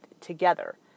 together